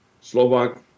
Slovak